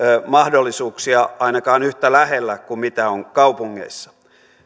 mahdollisuuksia ainakaan yhtä lähellä kuin on kaupungeissa